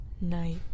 night